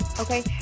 okay